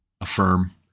affirm